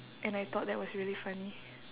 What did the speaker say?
and I thought that was really funny